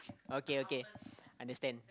okay okay understand